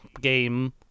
game